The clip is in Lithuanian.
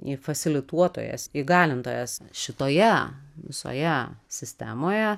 įfasilituotojas įgalintojas šitoje visoje sistemoje